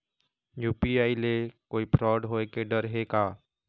UPI ले कोई fraud होए के डर हे का?